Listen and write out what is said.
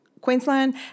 Queensland